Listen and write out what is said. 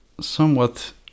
somewhat